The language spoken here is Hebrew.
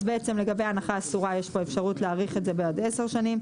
אז בעצם לגבי הנחה אסורה יש פה אפשרות להאריך את זה בעוד 10 שנים,